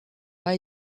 pas